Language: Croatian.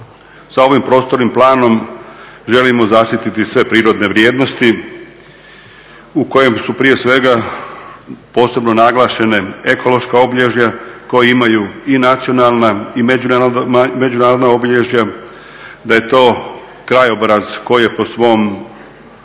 Sa ovim prostornim planom želimo zaštititi sve proredne vrijednost u kojem su prije svega posebno naglašena ekološka obilježja i nacionalna i međunarodna obilježja, da je to krajobraz koji je po svom